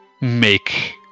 make